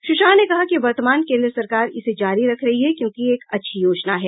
श्री शाह ने कहा कि वर्तमान केन्द्र सरकार इसे जारी रख रही है क्योंकि यह एक अच्छी योजना है